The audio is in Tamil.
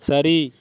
சரி